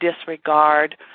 disregard